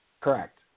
Correct